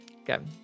Good